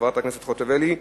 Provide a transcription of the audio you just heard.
חברת הכנסת חוטובלי,